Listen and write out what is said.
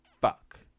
Fuck